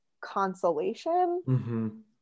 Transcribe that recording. consolation